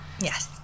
Yes